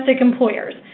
employers